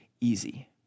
easy